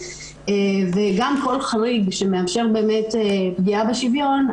גם כל חריג שמאפשר באמת פגיעה בשוויון,